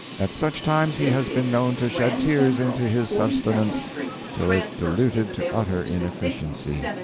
at such times he has been known to shed tears into his sustenance till it diluted to utter inefficiency.